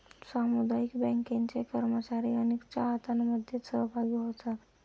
सामुदायिक बँकांचे कर्मचारी अनेक चाहत्यांमध्ये सहभागी होतात